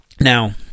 Now